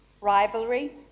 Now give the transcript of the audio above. rivalry